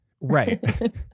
Right